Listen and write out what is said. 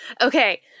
Okay